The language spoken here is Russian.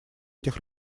этих